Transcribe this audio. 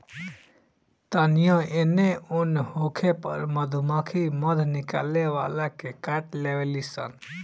तानियो एने ओन होखे पर मधुमक्खी मध निकाले वाला के काट लेवे ली सन